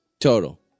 Total